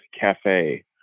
Cafe